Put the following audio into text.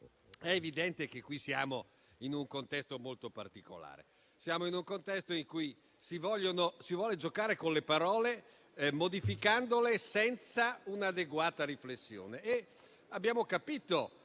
è evidente che siamo in un contesto molto particolare, in cui si vuole giocare con le parole, modificandole senza un'adeguata riflessione.